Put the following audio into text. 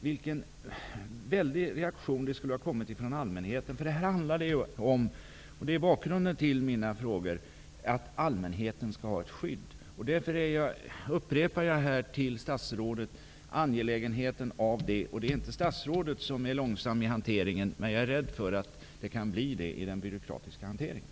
Vilken väldig reaktion det skulle ha blivit från allmänheten, därför att det handlar ju om -- det är bakgrunden till mina frågor -- att allmänheten skall ha ett skydd. Därför upprepar jag här till statsrådet angelägenheten av en snabb handläggning. Det är inte statsrådet som är långsam i hanteringen, men jag är rädd för att det kan gå långsamt i den byråkratiska hanteringen.